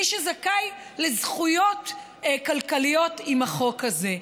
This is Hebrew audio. מי שזכאי לזכויות כלכליות עם החוק הזה.